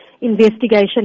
investigation